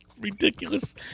ridiculous